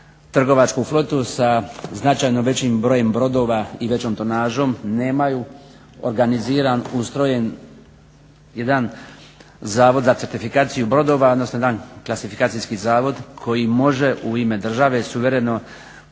trgovačku flotu sa značajno većim brojem brodova i većom tonažom nemaju organiziran ustrojen jedan Zavod za certifikaciju brodova odnosno jedan klasifikacijski zavod koji može u ime države suvereno određivati